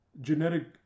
genetic